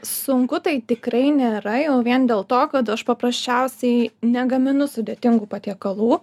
sunku tai tikrai nėra jau vien dėl to kad aš paprasčiausiai negaminu sudėtingų patiekalų